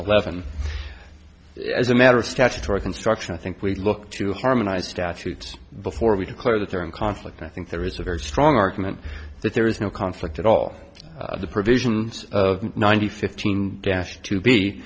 eleven as a matter of statutory construction i think we look to harmonize statutes before we declare that they're in conflict i think there is a very strong argument that there is no conflict at all of the provisions of the nine hundred fifteen dash to be